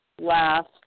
last